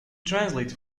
translate